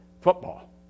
football